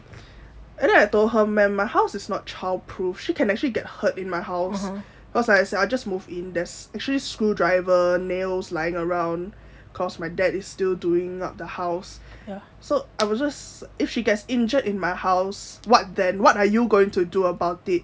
and then I told her man my house is not child proof she can actually get hurt in my house cause I just moved there's actually screw driver nails lying around cause my dad is still doing up the house so I was just if she gets injured in my house what then what are you going to do about it